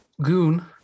goon